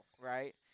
right